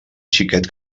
xiquet